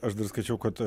aš dar skaičiau kad